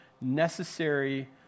necessary